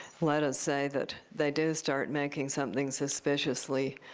let us say that they do start making something suspiciously